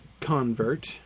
convert